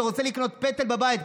אתה רוצה לקנות פטל בבית,